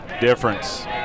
Difference